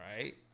right